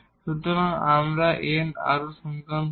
সুতরাং আমরা n আরও সমীকরণ পাব